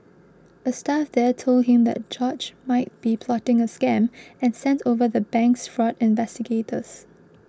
a staff there told him that George might be plotting a scam and sent over the bank's fraud investigators